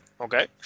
Okay